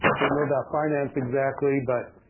don't know about finance exactly, but